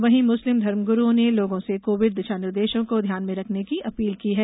वहीं मुस्लिम धर्मगुरूओं ने लोगों से कोविड दिशा निर्देशों को ध्यान में रखने की अपील की है